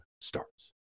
starts